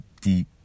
deep